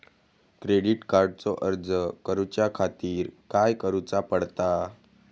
Credit कार्डचो अर्ज करुच्या खातीर काय करूचा पडता?